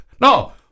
no